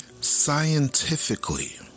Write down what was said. scientifically